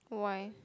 why